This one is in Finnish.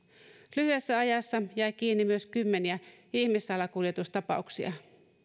lyhyessä ajassa jäi kiinni myös kymmeniä ihmissalakuljetustapauksia